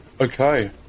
okay